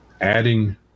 adding